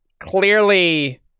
clearly